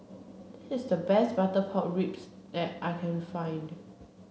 this is the best butter pork ribs that I can find